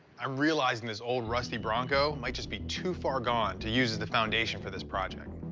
i'm realizing this old, rusty bronco might just be too far gone to use as the foundation for this project.